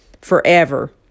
forever